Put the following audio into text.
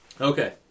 Okay